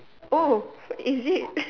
oh is it